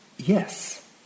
Yes